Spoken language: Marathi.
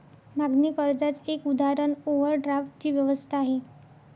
मागणी कर्जाच एक उदाहरण ओव्हरड्राफ्ट ची व्यवस्था आहे